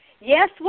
Yes